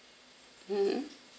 mmhmm